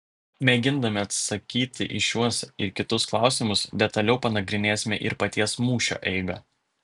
mėgindami atsakyti į šiuos ir kitus klausimus detaliau panagrinėsime ir paties mūšio eigą